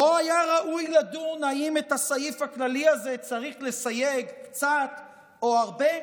לא היה ראוי לדון אם את הסעיף הכללי הזה צריך לסייג קצת או הרבה,